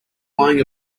blowing